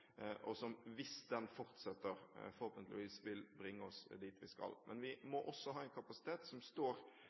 som – hvis den fortsetter – forhåpentligvis vil bringe oss dit vi skal. Men vi må også ha en kapasitet som står